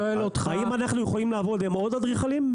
האם אנחנו יכולים לעבוד עם עוד אדריכלים?